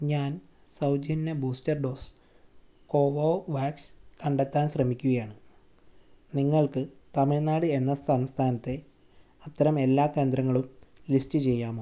ഞാൻ സൗജന്യ booster dose Covovax കണ്ടെത്താൻ ശ്രമിക്കുകയാണ് നിങ്ങൾക്ക് തമിഴ്നാട് എന്ന സംസ്ഥാനത്തെ അത്തരം എല്ലാ കേന്ദ്രങ്ങളും ലിസ്റ്റ് ചെയ്യാമോ